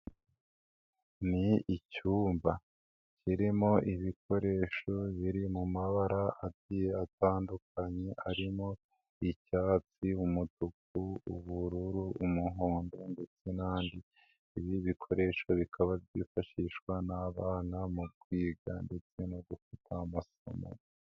Ni icyumba, kirimo ibikoresho biri mu mabara agiye atandukanye, arimo icyatsi, umutuku, ubururu, umuhondo ndetse n'andi, ibi bikoresho bikaba byifashishwa n'abana, mu kwiga ndetse no gufata amasomo.